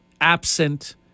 absent